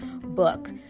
book